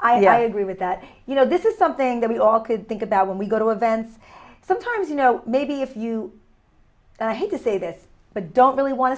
i agree with that you know this is something that we all could think about when we go to events sometimes you know maybe if you i hate to say this but don't really want to